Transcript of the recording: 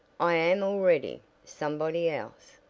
i am already somebody else.